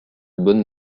bonne